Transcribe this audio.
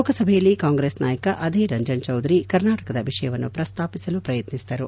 ಲೋಕಸಭೆಯಲ್ಲಿ ಕಾಂಗ್ರೆಸ್ ನಾಯಕ ಅಧೀರ್ ರಂಜನ್ ಚೌಧರಿ ಕರ್ನಾಟಕದ ವಿಷಯವನ್ನು ಪ್ರಸ್ತಾಪಿಸಲು ಪ್ರಯತ್ನಿಸಿದರು